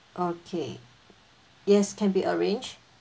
okay yes can be arranged